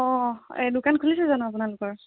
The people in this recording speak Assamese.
অ' এই দোকান খুলিছে জানো আপোনালোকৰ